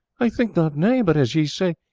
i think not nay, but as ye say,